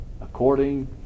according